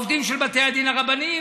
העובדים של בתי הדין הרבניים,